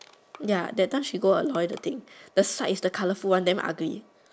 ya that time she go and toy the thing I think the slides the colourful one damn ugly